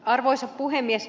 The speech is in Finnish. arvoisa puhemies